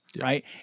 Right